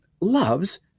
loves